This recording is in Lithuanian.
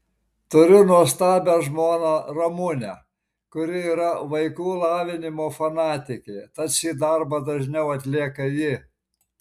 turiu nuostabią žmoną ramunę kuri yra vaikų lavinimo fanatikė tad šį darbą dažniau atlieka ji